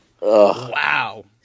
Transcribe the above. Wow